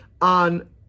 on